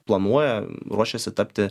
planuoja ruošiasi tapti